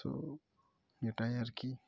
so এটাই আর কি